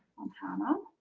on hannah.